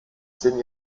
zehn